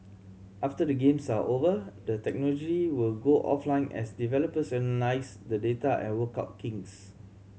after the Games are over the technology will go offline as developers analyse the data and work out kinks